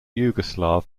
yugoslav